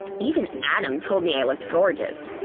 even adam told me i looked gorgeous!